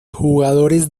jugadores